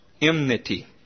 enmity